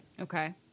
Okay